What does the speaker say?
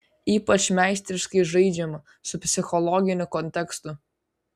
ypač meistriškai žaidžiama su psichologiniu kontekstu